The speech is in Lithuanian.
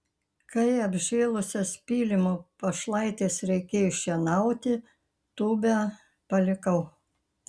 kai apžėlusias pylimo pašlaites reikėjo šienauti tūbę palikau